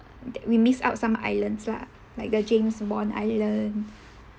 that we miss out some islands lah like the james bond island